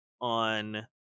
on